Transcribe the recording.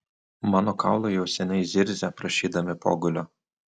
mano kaulai jau seniai zirzia prašydami pogulio